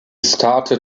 started